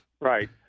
Right